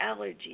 allergies